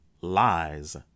lies